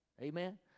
Amen